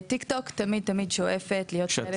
טיקטוק תמיד תמיד שואפת להיות חלק --- שאת